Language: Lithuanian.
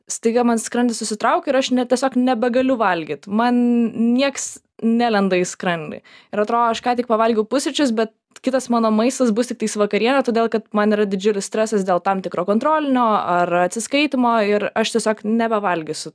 staiga man skrandis susitraukia ir aš ne tiesiog nebegaliu valgyti man nieks nelenda į skrandį ir atrodo aš ką tik pavalgiau pusryčius bet kitas mano maistas bus tiktais vakarienė todėl kad man yra didžiulis stresas dėl tam tikro kontrolinio ar atsiskaitymo ir aš tiesiog nebevalgysiu